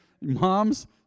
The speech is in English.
moms